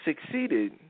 succeeded